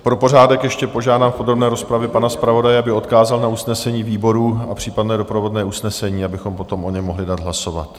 Pro pořádek ještě požádám v podrobné rozpravě pana zpravodaje, aby odkázal na usnesení výborů a případné doprovodné usnesení, abychom potom o něm mohli dát hlasovat.